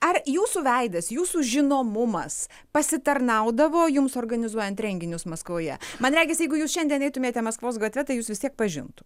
ar jūsų veidas jūsų žinomumas pasitarnaudavo jums organizuojant renginius maskvoje man regis jeigu jūs šiandien eitumėte maskvos gatve tai jus vis tiek pažintų